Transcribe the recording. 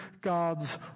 God's